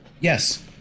Yes